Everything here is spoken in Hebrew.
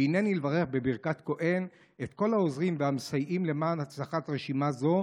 והריני לברך בברכת כוהן את כל העוזרים והמסייעים למען הצלחת רשימה זו,